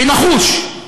ונחוש.